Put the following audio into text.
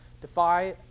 defy